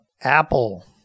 apple